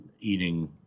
eating